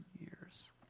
years